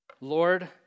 Lord